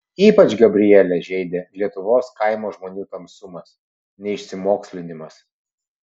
ypač gabrielę žeidė lietuvos kaimo žmonių tamsumas neišsimokslinimas